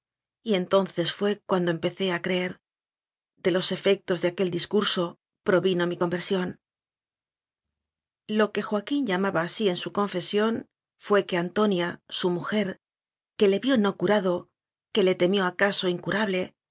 muerto y entonces fué cuando empecé a creer de los efectos de aquel discurso provino mi conversión lo que joaquín llamaba así en su confe sión fué que antonia su mujer que le vió no curado que le temió acaso incurable